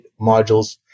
modules